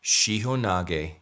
Shihonage